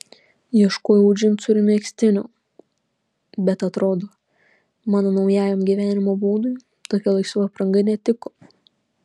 ieškojau džinsų ir megztinio bet atrodo mano naujajam gyvenimo būdui tokia laisva apranga netiko